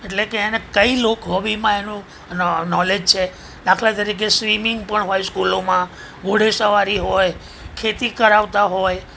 એટલે કે કઈ હોબીમાં એનું નોલેજ છે દાખલા તરીકે સ્વિમિંગ પણ હોય સ્કૂલોમાં ઘોડે સવારી હોય ખેતી કરાવતા હોય